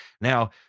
Now